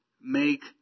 make